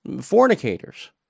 Fornicators